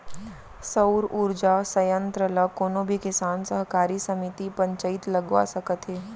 सउर उरजा संयत्र ल कोनो भी किसान, सहकारी समिति, पंचईत लगवा सकत हे